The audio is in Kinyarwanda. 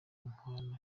inkwano